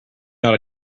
not